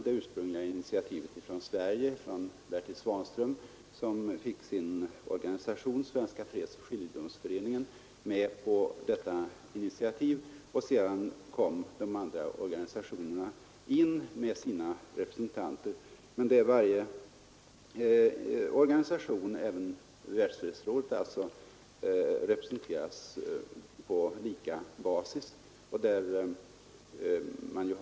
Det ursprungliga initiativet kom från Bertil Svahnström, som fick sin organisation — Svenska fredsoch skiljedomsföreningen — med sig. Sedan kom de andra organisationerna in med sina representanter, men organisationerna — alltså även Världsfredsrådet — representeras alla med lika tyngd.